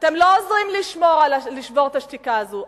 אתם לא עוזרים לשבור את השתיקה הזו.